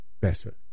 better